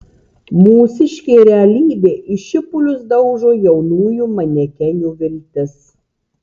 mūsiškė realybė į šipulius daužo jaunųjų manekenių viltis